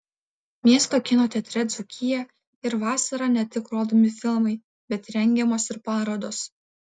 miesto kino teatre dzūkija ir vasarą ne tik rodomi filmai bet rengiamos ir parodos